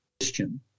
question